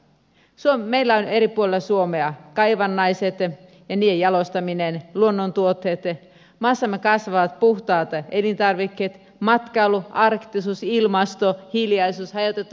meillä on eri puolilla suomea kaivannaiset ja niiden jalostaminen luonnontuotteet maassamme kasvavat puhtaat elintarvikkeet matkailu arktisuus ilmasto hiljaisuus hajautettu energiantuotanto